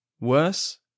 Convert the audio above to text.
Worse